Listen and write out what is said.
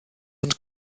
ond